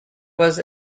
was